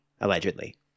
allegedly